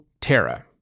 Terra